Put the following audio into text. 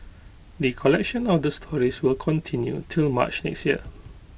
the collection of the stories will continue till March next year